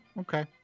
Okay